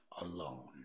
alone